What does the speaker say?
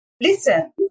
listen